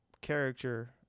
character